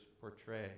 portray